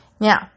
Now